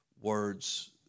words